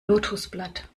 lotosblatt